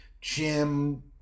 Jim